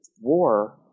war